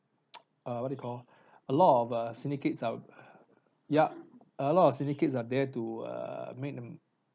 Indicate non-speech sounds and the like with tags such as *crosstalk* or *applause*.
*noise* uh what you call a lot of uh syndicates are *breath* yup a lot of syndicates are there err to make the